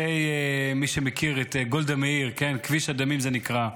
מי שמכיר את גולדה מאיר, כביש הדמים זה נקרא.